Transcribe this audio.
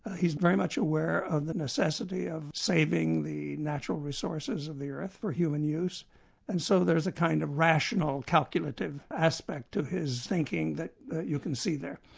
he's very much aware of the necessity of saving the natural resources of the earth for human use and so there is a kind of rational calculative aspect of his thinking that you can see there.